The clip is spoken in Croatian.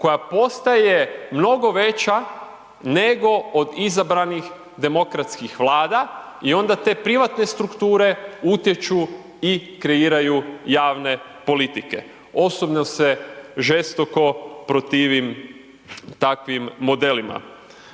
koja postaje mnogo veća nego od izabranih demokratskih Vlada i onda te privatne strukture utječu i kreiraju javne politike. Osobno se žestoko protivim takvim modelima.